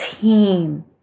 team